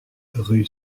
rue